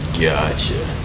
Gotcha